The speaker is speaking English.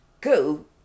Go